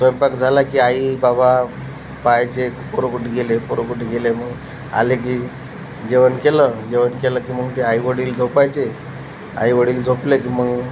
स्वयंपाक झाला की आई बाबा पाह्यचे पोरं कुठे गेले पोरं कुठे गेले मग आले की जेवण केलं जेवण केलं की मग ते आईवडील झोपायचे आईवडील झोपले की मग